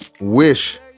wish